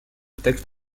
textes